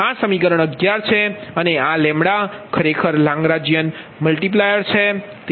તેથી આ ખરેખર લેગ્રેજિયન ગુણાકાર છે